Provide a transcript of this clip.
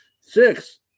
six